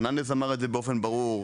פרננדס אמר את זה באופן ברור,